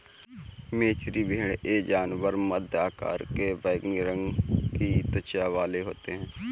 मेचेरी भेड़ ये जानवर मध्यम आकार के बैंगनी रंग की त्वचा वाले होते हैं